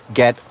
get